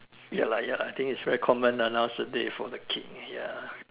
ya lah ya lah I think it's very common lah nowadays for the kids ya